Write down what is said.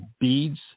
beads